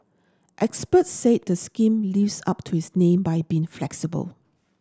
experts said the scheme lives up to its name by being flexible